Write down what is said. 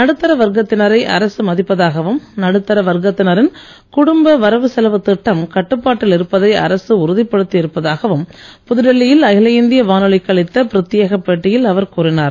நடுத்தர வர்க்கத்தினரை அரசு மதிப்பதாகவும் நடுத்தர வர்க்கத்தினரின் குடும்ப வரவு செல்வுத் திட்டம் கட்டுப்பாட்டில் இருப்பதை அரசு உறுதிப்படுத்தி இருப்பதாகவும் புதுடில்லியில் அகில இந்திய வானொலிக்கு அளித்த பிரத்யேக பேட்டியில் அவர் கூறினார்